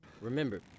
Remember